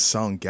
Song